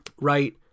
right